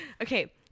okay